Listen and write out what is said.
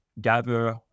gather